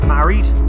Married